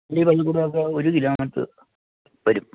ഈ വഴിയിൽ കൂടാകുമ്പോൾ ഒരു കിലോമീറ്റ്റ് വരും